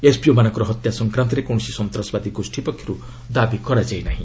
SPO ମାନଙ୍କ ହତ୍ୟା ସଂକ୍ରାନ୍ତରେ କୌଣସି ସନ୍ତାସବାଦୀ ଗୋଷୀ ପକ୍ଷରୁ ଦାବି କରାଯାଇନାହିଁ